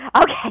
Okay